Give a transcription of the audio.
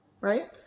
Right